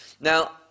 Now